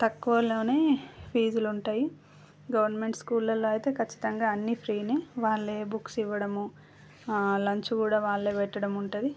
తక్కువలో ఫీజులు ఉంటాయి గవర్నమెంట్ స్కూళ్ళల్లో అయితే ఖచ్చితంగా అన్నీ ఫ్రీనే వాళ్ళే బుక్స్ ఇవ్వడము లంచ్ కూడా వాళ్ళే పెట్టడము ఉంటుంది